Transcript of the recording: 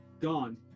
gone